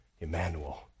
Emmanuel